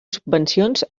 subvencions